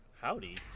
Howdy